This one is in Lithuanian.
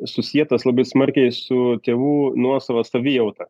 susietas labai smarkiai su tėvų nuosava savijauta